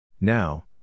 Now